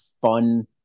fun